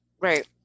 Right